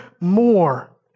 more